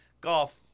Golf